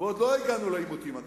ועוד לא הגענו לעימותים הכבדים.